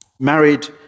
Married